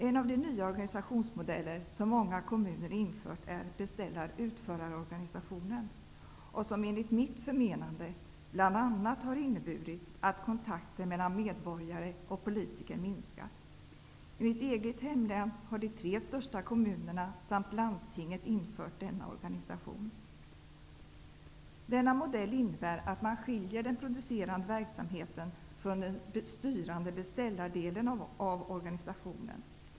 En av de nya organisationsmodeller som många kommuner infört är beställar--utförarorganisationer, som enligt mitt förmenande bl.a. har inneburit att kontakten mellan medborgare och politiker minskat. I mitt hemlän har de tre största kommunerna samt landstinget infört denna organisation. Denna modell innebär att man skiljer den producerande verksamheten från den styrande beställardelen av organisationen.